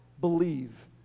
believe